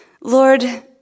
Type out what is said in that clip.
Lord